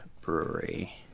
Brewery